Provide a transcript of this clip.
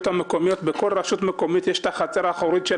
בכל רשות מקומית יש את החצר האחורית,